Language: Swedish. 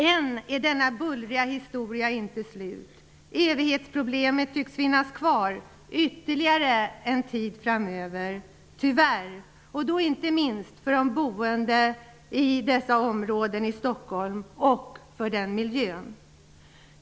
Ännu är inte denna bullriga historia slut. Evighetsproblemet tycks finnas kvar ytterligare en tid framöver -- tyvärr. Det är inte minst ett problem för de boende i dessa områden av Stockholm och för miljön.